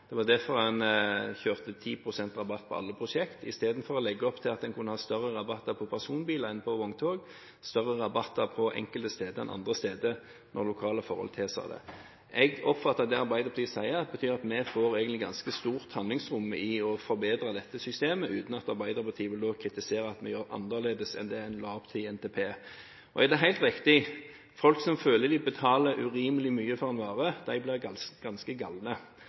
Det var derfor en kjørte 10 pst. rabatt på alle prosjekt istedenfor å legge opp til at en kunne ha større rabatter på personbiler enn på vogntog, større rabatter på enkelte steder enn andre steder når lokale forhold tilsa det. Jeg oppfatter at det Arbeiderpartiet sier, betyr at vi egentlig får et ganske stort handlingsrom til å forbedre dette systemet uten at Arbeiderpartiet da vil kritisere at vi gjør det annerledes enn det en la opp til i NTP. Det er helt riktig at folk som føler de betaler urimelig mye for en vare, blir ganske